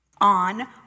on